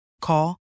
Call